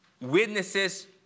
witnesses